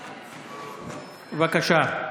בבקשה.